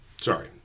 Sorry